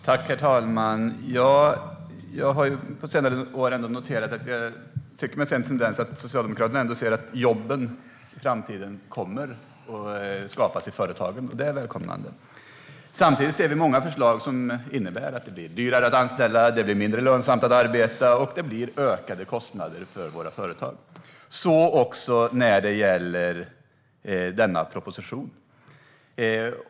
Herr talman! Jag har på senare år tyckt mig se en tendens hos Socialdemokraterna att se att jobben i framtiden kommer att skapas i företagen. Det är välkommet. Samtidigt ser vi många förslag som innebär att det blir dyrare att anställa och mindre lönsamt att arbeta och att kostnaderna för våra företag ökar. Det gäller även denna proposition.